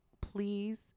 please